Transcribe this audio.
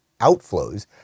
outflows